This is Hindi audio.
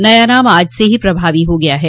नया नाम आज ही से प्रभावी हो गया है